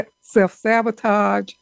self-sabotage